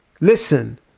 listen